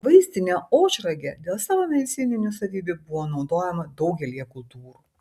vaistinė ožragė dėl savo medicininių savybių buvo naudojama daugelyje kultūrų